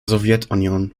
sowjetunion